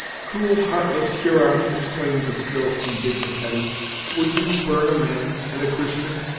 cruel, heartless hurons! exclaimed the still indignant hetty would you burn a man and a christian,